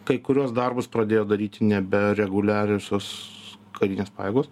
kai kuriuos darbus pradėjo daryti nebe reguliariosios karinės pajėgos